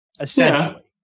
essentially